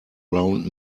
round